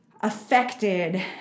affected